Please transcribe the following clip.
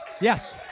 Yes